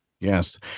Yes